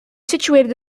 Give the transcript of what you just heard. situated